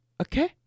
Okay